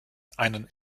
einen